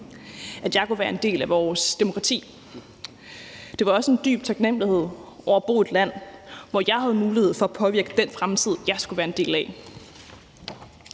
at jeg kunne være en del af vores demokrati. Det var også en dyb taknemlighed over at bo i et land, hvor jeg havde mulighed for at påvirke den fremtid, jeg skulle være en del af.